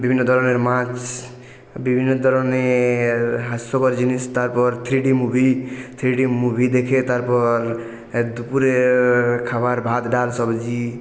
বিভিন্ন ধরনের মাছ বিভিন্ন ধরনের হাস্যকর জিনিস তারপর three D movie three D movie দেখে তারপর দুপুরে খাবার ভাত ডাল সবজি